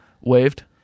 Waved